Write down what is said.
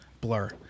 Blur